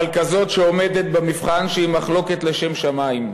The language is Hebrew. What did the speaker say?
אבל כזאת שעומדת במבחן כי היא מחלוקת לשם שמים,